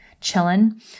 chilling